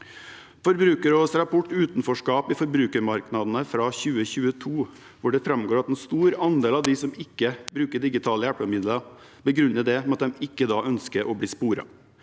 Forbrukerrådets rapport «Utenforskap i forbrukarmarknadene» fra 2022 framgår det at en stor andel av de som ikke bruker digitale hjelpemidler, begrunner det med at de ikke ønsker å bli sporet.